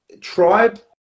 tribe